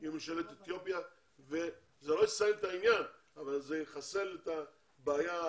זה לא יסיים את העניין אבל זה יחסל את הבעיה.